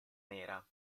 nera